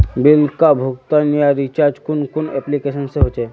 Bill का भुगतान या रिचार्ज कुन कुन एप्लिकेशन से होचे?